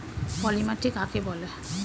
পলি মাটি কাকে বলে?